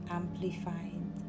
amplified